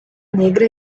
negra